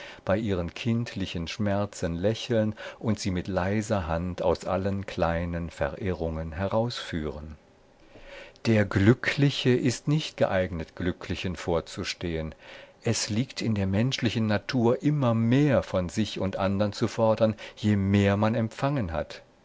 bei ihren kindlichen schmerzen lächeln und sie mit leiser hand aus allen kleinen verirrungen herausführen der glückliche ist nicht geeignet glücklichen vorzustehen es liegt in der menschlichen natur immer mehr von sich und von andern zu fordern je mehr man empfangen hat